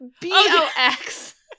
b-o-x